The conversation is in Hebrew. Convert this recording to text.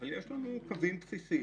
אבל יש לנו קווים בסיסיים,